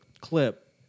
clip